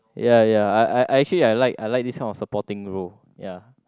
ya ya I I actually I like I like this kind of supporting role ya